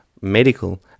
medical